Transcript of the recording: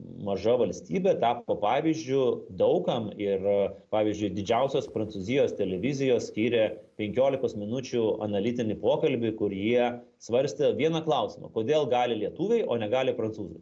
maža valstybė tapo pavyzdžiu daug kam ir pavyzdžiui didžiausios prancūzijos televizijos skyrė penkiolikos minučių analitinį pokalbį kur jie svarstė vieną klausimą kodėl gali lietuviai o negali prancūzai